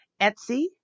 Etsy